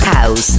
House